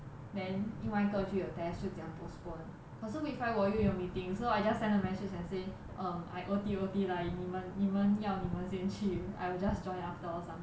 then 另外一个就有 test 就讲 postpone 可是 week five 我又有 meeting so I just send a message and say um I O_T O_T lah 你们你们要你们先去 I will just join after or something